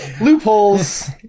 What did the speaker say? loopholes